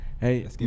hey